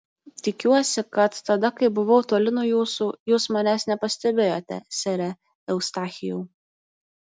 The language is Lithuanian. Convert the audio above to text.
tikiuosi kad tada kai buvau toli nuo jūsų jūs manęs nepastebėjote sere eustachijau